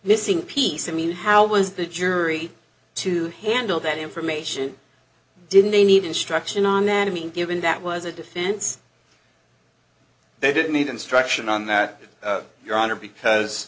missing piece i mean how was the jury to handle that information didn't they need instruction on that i mean given that was a defense they didn't need instruction on that your honor because